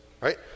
Right